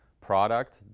product